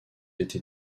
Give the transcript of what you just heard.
été